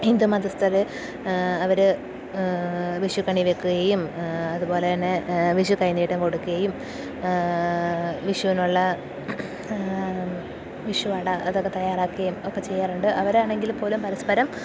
ഹിന്ദു മതസ്ഥര് അവര് വിഷുക്കണി വയ്ക്കുകയും അതുപോലെതന്നെ വിഷു കൈനീട്ടം കൊടുക്കുകയും വിഷുവിനുള്ള വിഷുവട അതൊക്കെ തയ്യാറാക്കുകയും ഒക്കെ ചെയ്യാറുണ്ട് അവരാണെങ്കിൽ പോലും പരസ്പരം